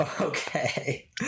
Okay